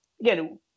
again